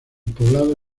poblado